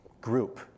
group